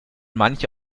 manche